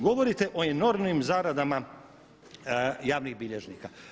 Govorite o enormnim zaradama javnih bilježnika.